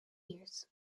years